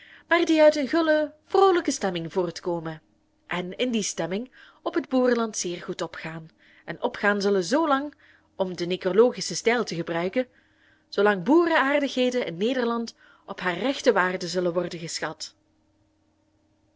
maar die uit een gulle vroolijke stemming voortkomen en in die stemming op het boereland zeer goed opgaan en opgaan zullen zoo lang om den nekrologischen stijl te gebruiken zoolang boerenaardigheden in nederland op hare rechte waarde zullen worden geschat